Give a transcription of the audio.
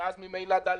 ואז ממילא ד'-ה'